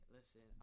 Listen